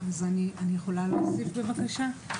אז אני יכולה להוסיף בבקשה?